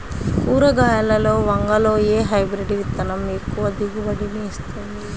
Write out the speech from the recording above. కూరగాయలలో వంగలో ఏ హైబ్రిడ్ విత్తనం ఎక్కువ దిగుబడిని ఇస్తుంది?